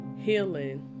healing